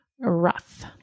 rough